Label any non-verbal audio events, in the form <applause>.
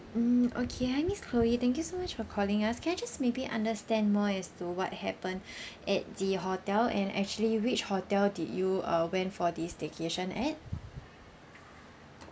mm okay hi miss chloe thank you so much for calling us can I just maybe understand more as to what happened <breath> at the hotel and actually which hotel did you uh went for this staycation at